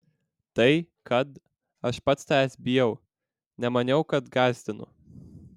tai kad aš pats tavęs bijau nemaniau kad gąsdinu